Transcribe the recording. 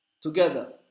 together